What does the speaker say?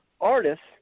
artists